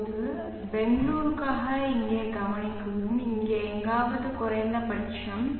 இப்போது பெங்களூருக்காக இங்கே கவனிக்கவும் இங்கே எங்காவது குறைந்தபட்சம்